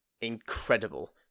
incredible